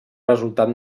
resultat